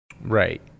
Right